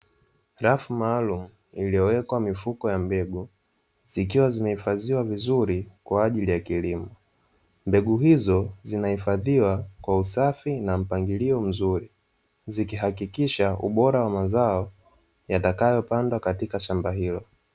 Rafu maalumu iliyowekwa mifuko ya mbegu ikiwa zimehifadhiwa vizuri kwajili ya kilimo, mbegu hizo zinahifadhiwa kwa usafi na mpangilio mzuri zikihakikisha ubora wa mazao utakaopandwa katika shamba hilo.